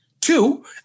Two